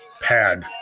pad